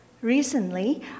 Recently